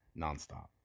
nonstop